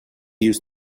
use